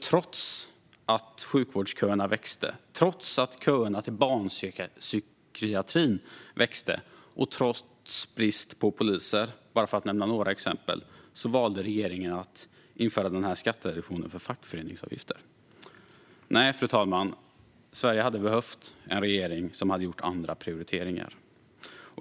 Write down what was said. Trots att sjukvårdsköerna och köerna till barnpsykiatrin växte och trots brist på poliser, för att bara nämna några exempel, valde regeringen nämligen att införa skattereduktionen för fackföreningsavgifter. Nej, fru talman, Sverige hade behövt en regering som hade gjort andra prioriteringar.